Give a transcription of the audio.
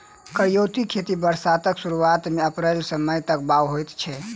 करियौती खेती बरसातक सुरुआत मे अप्रैल सँ मई तक बाउग होइ छै